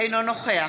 אינו נוכח